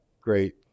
great